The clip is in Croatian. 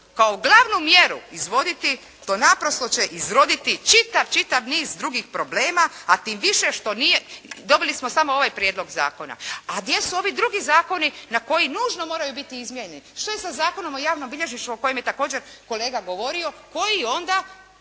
kao glavnu mjeru izvoditi to naprosto će izroditi čitav niz drugih problema, a tim više što nije, dobili smo samo ovaj prijedlog zakona, a gdje su ovi drugi zakoni koji nužno moraju biti izmijenjeni. Što je sa Zakonom o javnom bilježništvu o kojem je također kolega govorio, koji onda